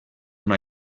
una